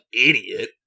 idiot